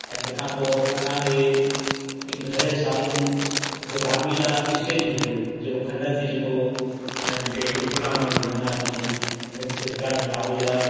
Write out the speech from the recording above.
ऐं तंहिंखां पोइ असांजे घर जे साम्हूं हिकु रामलीला स्टेज हुओ जेको खंडर थी चुको हुओ ऐं जिते उट पटांग माण्हू विहंदा अची अने प्रकाश आहुजा